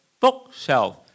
bookshelf